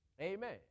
Amen